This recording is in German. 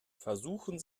versuchen